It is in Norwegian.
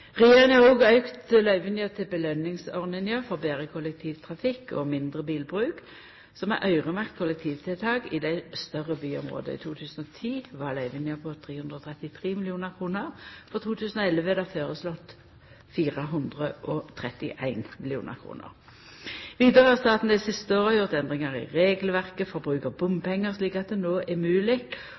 har òg auka løyvinga til belønningsordninga for betre kollektivtrafikk og mindre bilbruk, som er øyremerkt kollektivtiltak i dei større byområda. I 2010 var løyvinga på 333 mill. kr, og for 2011 er det føreslått 431 mill. kr. Vidare har staten dei siste åra gjort endringar i regelverket for bruk av bompengar, slik at det no er